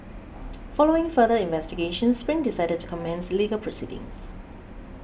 following further investigations Spring decided to commence legal proceedings